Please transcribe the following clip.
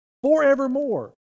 Forevermore